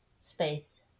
space